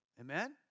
Amen